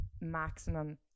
maximum